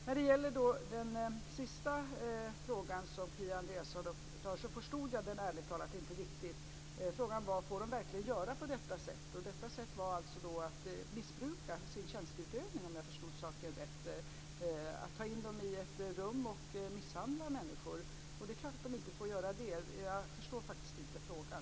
När det gäller den sista fråga som Kia Andreasson tar upp kan jag säga att jag ärligt talat inte förstod den riktigt. Frågan var: Får de verkligen göra på detta sätt? "Detta sätt" var alltså att missbruka sin tjänsteutövning, om jag förstod saken rätt, dvs. ta in människor i ett rum och misshandla dem. Det är klart att de inte får göra det. Jag förstår faktiskt inte frågan.